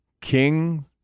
King